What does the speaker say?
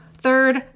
Third